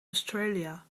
australia